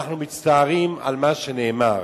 שאנחנו מצטערים על מה שנאמר.